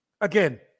again